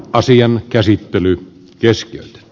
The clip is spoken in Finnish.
asian käsittely keskeytetään